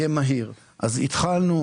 מה שעזר להם לעבור את המשברים.